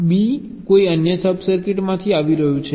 B કોઈ અન્ય સબ સર્કિટમાંથી આવી રહ્યું છે